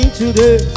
today